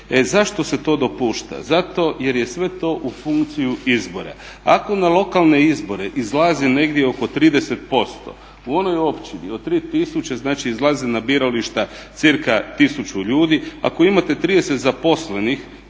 Zašto se to dopušta? Zato jer je sve to u funkciji izbora. Ako na lokalne izbore izlazi negdje oko 30% u onoj općini od 3000 znači izlazi na birališta cca 1000 ljudi. Ako imate 30 zaposlenih